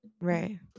Right